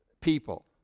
people